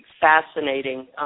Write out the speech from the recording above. fascinating